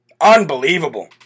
Unbelievable